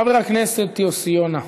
חבר הכנסת יוסי יונה,